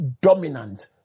dominant